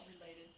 related